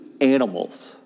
animals